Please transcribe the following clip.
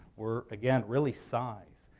were, again, really size,